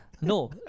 no